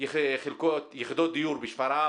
יחידות דיור בשפרעם.